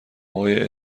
آقای